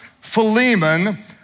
Philemon